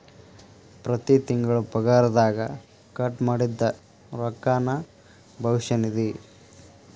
ಪ್ರತಿ ತಿಂಗಳು ಪಗಾರದಗ ಕಟ್ ಮಾಡಿದ್ದ ರೊಕ್ಕಾನ ಭವಿಷ್ಯ ನಿಧಿ